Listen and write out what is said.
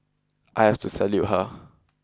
I have to salute her